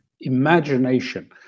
imagination